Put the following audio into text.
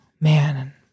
man